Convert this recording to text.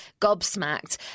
gobsmacked